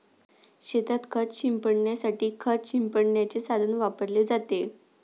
शेतात खत शिंपडण्यासाठी खत शिंपडण्याचे साधन वापरले जाते